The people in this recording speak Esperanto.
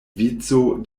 vico